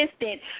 assistant